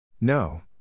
No